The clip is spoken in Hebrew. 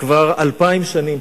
כבר אלפיים שנים,